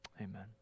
Amen